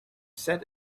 set